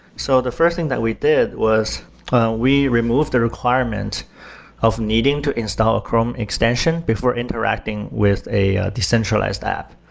so the first thing that we did was we removed the requirement of needing to install a chrome extension before interacting with a decentralized app,